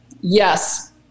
yes